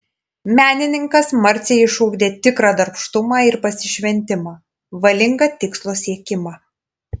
menininkas marcei išugdė tikrą darbštumą ir pasišventimą valingą tikslo siekimą